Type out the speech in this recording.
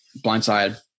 blindside